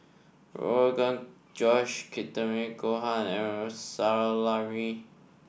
Rogan Josh Takikomi Gohan Salami